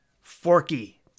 Forky